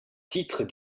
titre